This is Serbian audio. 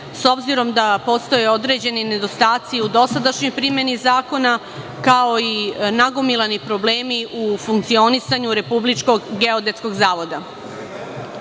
s obzirom da postoje određeni nedostaci u dosadašnjoj primeni zakona, kao i nagomilani problemi u funkcionisanju Republičkog geodetskog zavoda. Cilj